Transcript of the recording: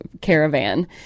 caravan